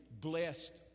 blessed